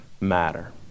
matter